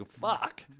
fuck